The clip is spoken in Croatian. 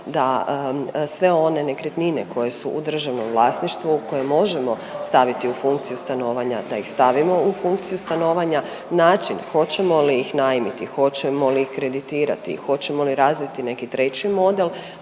da sve one nekretnine koje su u državnom vlasništvu koje možemo staviti u funkciju stanovanja da ih stavimo u funkciju stanovanja. Način hoćemo li ih najmiti, hoćemo li ih kreditirati, hoćemo li razviti neki treći model